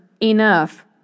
enough